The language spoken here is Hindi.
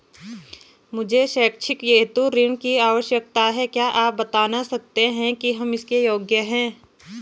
मुझे शैक्षिक हेतु ऋण की आवश्यकता है क्या आप बताना सकते हैं कि हम इसके योग्य हैं?